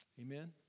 Amen